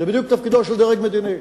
זה בדיוק תפקידו של דרג מדיני.